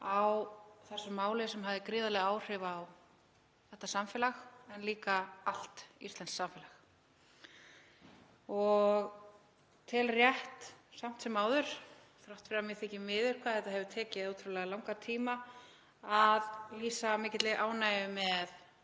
á þessu máli sem hafði gríðarleg áhrif á það samfélag sem um ræðir en líka allt íslenskt samfélag. Ég tel samt sem áður rétt, þrátt fyrir að mér þyki miður hvað þetta hefur tekið ótrúlega langan tíma, að lýsa mikilli ánægju með